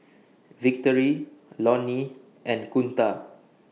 Victory Lonny and Kunta